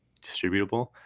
distributable